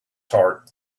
heart